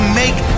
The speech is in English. make